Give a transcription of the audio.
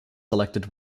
selected